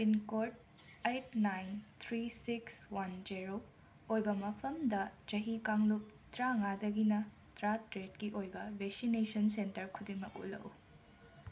pincode eight nine three six one zero ꯑꯣꯏꯕ ꯃꯐꯝꯗ ꯆꯍꯤ ꯀꯥꯡꯂꯨꯞ ꯇꯔꯥꯃꯉꯥꯗꯒꯤꯅ ꯇꯔꯥꯇꯔꯦꯠꯀꯤ ꯑꯣꯏꯕ ꯕꯦꯁꯤꯅꯦꯁꯟ ꯁꯦꯟꯇꯔ ꯈꯨꯗꯤꯡꯃꯛ ꯎꯠꯂꯛꯎ